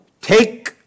Take